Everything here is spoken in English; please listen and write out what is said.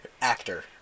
actor